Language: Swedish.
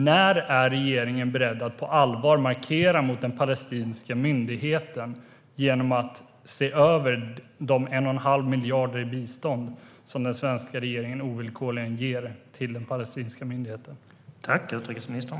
När är regeringen beredd att på allvar markera mot den palestinska myndigheten genom att se över den 1 1⁄2 miljard i bistånd som den svenska regeringen villkorslöst ger till den palestinska myndigheten?